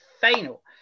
final